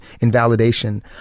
invalidation